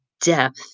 depth